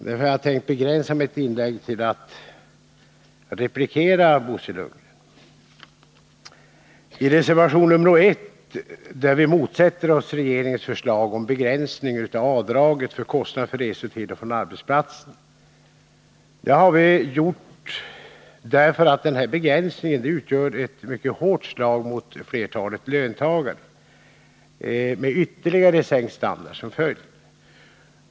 Därför kommer jag att begränsa mitt inlägg till att replikera Bo Lundgren. I reservation nr 1 motsätter vi oss regeringens förslag om begränsning av avdragen för kostnader för resor till och från arbetet. Vi har gjort det därför att denna begränsning utgör ett mycket hårt slag mot flertalet löntagare, med ytterligare sänkt standard för dem som följd.